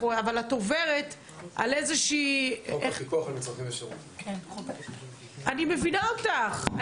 אבל את עוברת על איזושהי --- אני מבינה אותך,